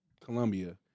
Colombia